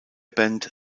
band